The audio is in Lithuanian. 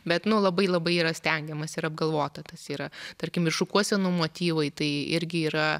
bet nu labai labai yra stengiamasi ir apgalvota tas yra tarkim ir šukuosenų motyvai tai irgi yra